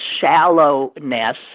shallowness